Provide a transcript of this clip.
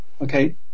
Okay